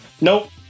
Nope